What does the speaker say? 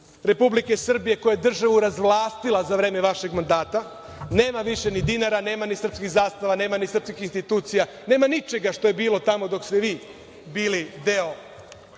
Republike Srbije koja je državu razvlastila za vreme vašeg mandata nema više ni dinara, nema više ni srpskih zastava, nema ni srpskih institucija, nema ničega što je bilo tamo dok vi niste